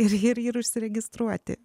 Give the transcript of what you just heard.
ir ir užsiregistruoti